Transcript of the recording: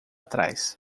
trás